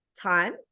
time